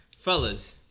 fellas